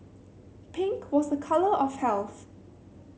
pink was a colour of health